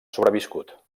sobreviscut